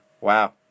Wow